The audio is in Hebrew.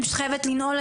אני פשוט חייבת לנעול,